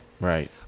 Right